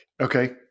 Okay